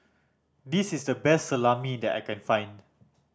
this is the best Salami that I can find